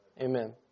Amen